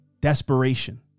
desperation